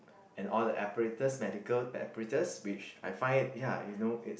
and all the apparatus medical apparatus which I find it ya you know it's